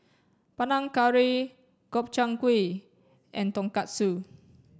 Panang Curry Gobchang Gui and Tonkatsu